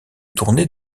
tournée